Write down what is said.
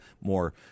more